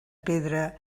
pedra